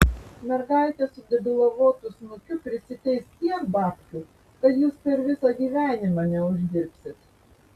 mergaitė su debilavotu snukiu prisiteis tiek babkių kad jūs per visą gyvenimą neuždirbsit